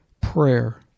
prayer